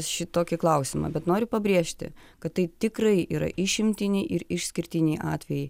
šitokį klausimą bet noriu pabrėžti kad tai tikrai yra išimtiniai ir išskirtiniai atvejai